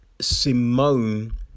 Simone